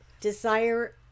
desire